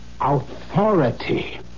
authority